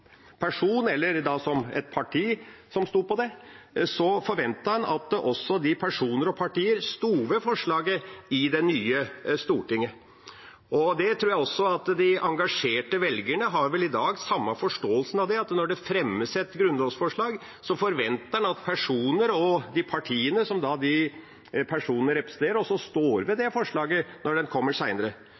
person eller som parti, også sto ved forslaget i det nye stortinget. Jeg tror også at engasjerte velgere i dag har samme forståelse av det: Når det fremmes et grunnlovsforslag, så forventer en at de personene og partiene som personene representerer, står ved det forslaget når det kommer